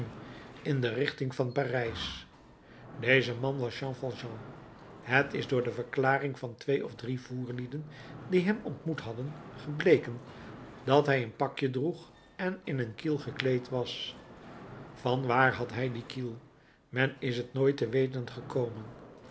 in de richting van parijs deze man was jean valjean het is door de verklaring van twee of drie voerlieden die hem ontmoet hadden gebleken dat hij een pakje droeg en in een kiel gekleed was van waar had hij die kiel men is het nooit te weten gekomen